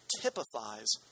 typifies